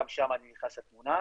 גם שם אני נכנס לתמונה.